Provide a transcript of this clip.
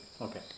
okay